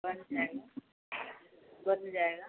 बन जाएगा बन जाएगा